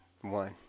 one